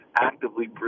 actively